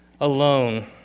alone